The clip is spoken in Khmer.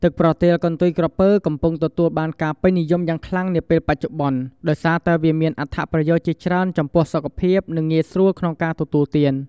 ទឹកប្រទាលកន្ទុយក្រពើ កំពុងទទួលបានការពេញនិយមយ៉ាងខ្លាំងនាពេលបច្ចុប្បន្ន ដោយសារតែវាមានអត្ថប្រយោជន៍ជាច្រើនចំពោះសុខភាព និងងាយស្រួលក្នុងការទទួលទាន។